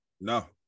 No